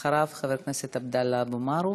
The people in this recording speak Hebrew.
אחריו, חבר הכנסת עבדאללה אבו מערוף,